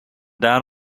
down